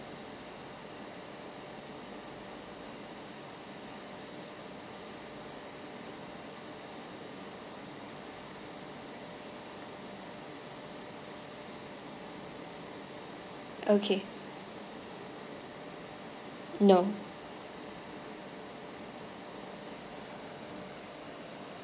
okay no